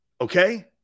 Okay